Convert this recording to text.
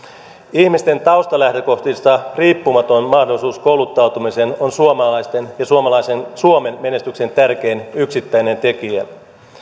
ihmisten taustalähtökohdista riippumaton mahdollisuus kouluttautumiseen on suomalaisten ja suomen menestyksen tärkein yksittäinen tekijä